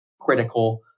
critical